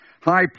high